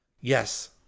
Yes